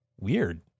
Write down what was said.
weird